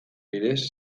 bidez